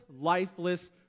lifeless